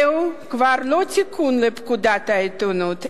זהו כבר לא תיקון לפקודת העיתונות,